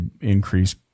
increase